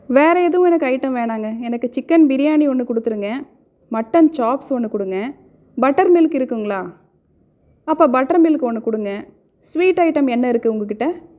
வேறு எதுவும் எனக்கு அயிட்டம் வேணாங்க எனக்கு சிக்கன் பிரியாணி ஒன்று கொடுத்துருங்க மட்டன் சாப்ஸ் ஒன்று கொடுங்க பட்டர்மில்க் இருக்குங்குளா அப்போ பட்டர்மில்க் ஒன்று கொடுங்க ஸ்வீட் அயிட்டம் என்ன இருக்குது உங்கள்கிட்ட